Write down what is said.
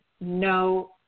no